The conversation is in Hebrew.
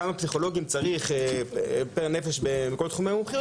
כמה פסיכולוגים צריך פר נפש בכל תחומי המומחיות,